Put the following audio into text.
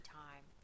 time